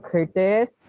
Curtis